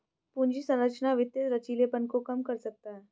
पूंजी संरचना वित्तीय लचीलेपन को कम कर सकता है